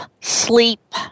sleep